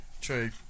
True